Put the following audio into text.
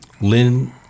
Lynn